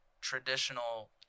traditional